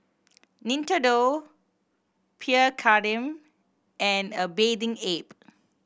Nintendo Pierre Cardin and A Bathing Ape